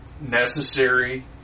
necessary